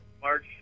March